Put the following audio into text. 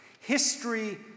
History